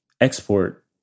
export